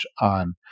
on